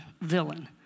villain